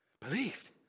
Believed